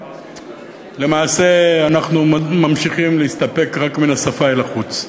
למעשה אנחנו ממשיכים להסתפק רק מן השפה ולחוץ.